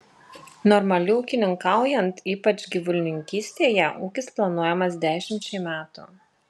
normaliai ūkininkaujant ypač gyvulininkystėje ūkis planuojamas dešimčiai metų